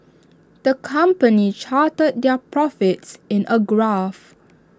the company charted their profits in A graph